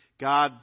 God